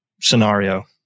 scenario